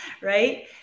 right